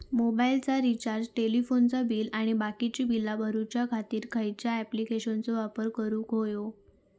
मोबाईलाचा रिचार्ज टेलिफोनाचा बिल आणि बाकीची बिला भरूच्या खातीर खयच्या ॲप्लिकेशनाचो वापर करूक होयो?